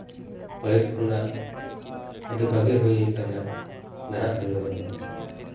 ᱯᱟᱹᱦᱤᱞ ᱠᱷᱚᱱᱟᱜ ᱟᱹᱰᱤ ᱵᱷᱟᱹᱜᱤ ᱦᱩᱭ ᱠᱟᱱᱟ ᱱᱟᱦᱟᱜ ᱡᱩᱜᱽ ᱨᱮᱫᱚ